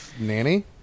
Nanny